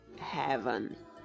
heaven